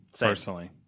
Personally